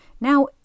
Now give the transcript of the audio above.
Now